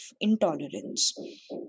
intolerance